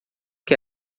que